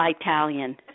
Italian